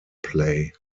play